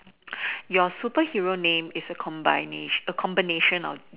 your superhero name is a combin~ a combination of